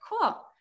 cool